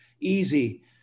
easy